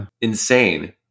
insane